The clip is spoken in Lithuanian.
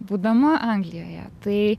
būdama anglijoje tai